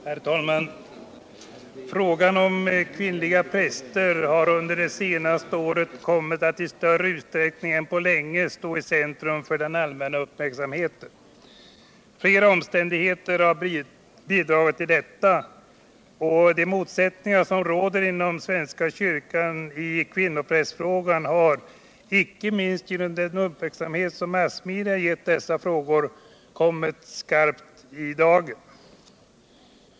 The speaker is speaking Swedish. Herr talman! Frågan om kvinnliga präster har under det senaste året kommit att i större utsträckning än på länge stå i centrum för den allmänna uppmärksamheten. Flera omständigheter har bidragit till detta. De motsättningar som råder inom svenska kyrkan i kvinnoprästfrågan har — inte minst genom den uppmärksamhet som massmedia gett åt dessa frågor — kommit skarpt i dagen.